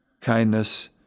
kindness